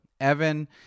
Evan